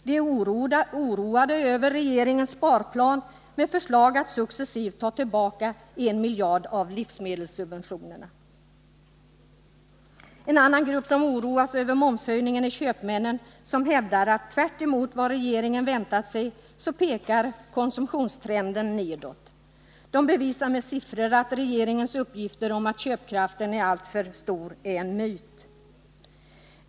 De är oroade över regeringens sparplan med förslag att successivt ta tillbaka 1 miljard av livsmedelssubventionerna. En annan grupp som oroas över momshöjningen är köpmännen, som hävdar att tvärtemot vad regeringen väntat sig pekar konsumtionstrenden nedåt. De bevisar med siffror att regeringens uppgifter om att köpkraften är alltför stor är en myt.